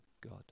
God